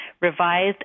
revised